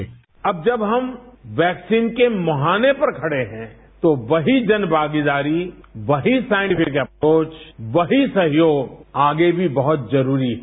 bite PM अब जब हम वैक्सीन के मुहाने पर खड़े हैं तो वही जन भागीदारी वहीं साइंटिफिक अप्रोच वहीं सहयोग आगे भी बहुत जरूरी है